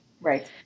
Right